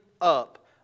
up